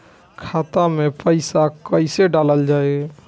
खाते मे पैसा कैसे डालल जाई?